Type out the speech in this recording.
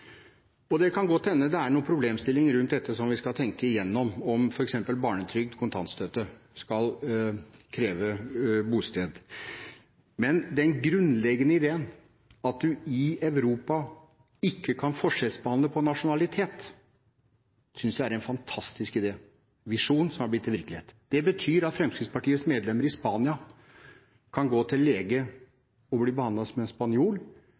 Det kan godt hende det er noen problemstillinger rundt dette som vi skal tenke igjennom, om f.eks. barnetrygd og kontantstøtte skal kreve bosted i Norge. Men den grunnleggende ideen at du i Europa ikke kan forskjellsbehandles på grunn av nasjonalitet, synes jeg er en fantastisk idé og en visjon som er blitt til virkelighet. Det betyr at Fremskrittspartiets medlemmer i Spania kan gå til